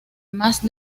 más